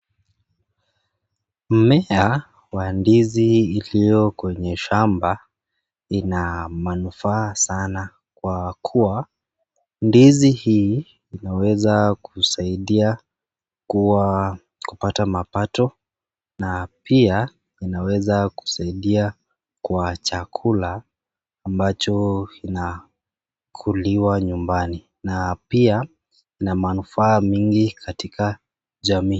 Mmea wa ndizi ilio kwenye shamba ina manufaa sana kwa kuwa, ndizi hii inaweza kusaidia kupata mapato, pia inaweza kusaidia kwa chakula ambacho inaliwa nyumbani. Na pia manufaa mengi katika jamii.